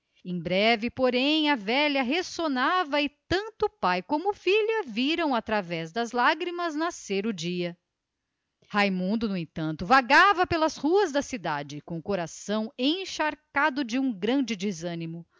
em breve porém a velha ressonava e tanto o pai como a filha viram através das suas lágrimas nascer o dia raimundo esse vagara pelas ruas da cidade com o coração encharcado de um grande desânimo